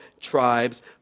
tribes